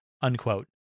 Unquote